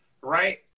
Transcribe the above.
right